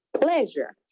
pleasure